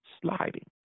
sliding